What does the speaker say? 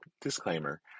disclaimer